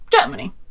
Germany